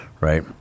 right